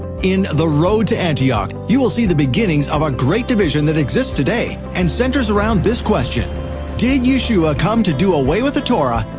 in the road to antioch, you will see the beginnings of a great division that exists today and centers around this question did yeshua come to do away with the torah,